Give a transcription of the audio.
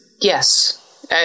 yes